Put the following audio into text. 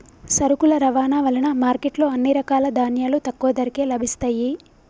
సరుకుల రవాణా వలన మార్కెట్ లో అన్ని రకాల ధాన్యాలు తక్కువ ధరకే లభిస్తయ్యి